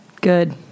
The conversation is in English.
Good